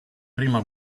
prima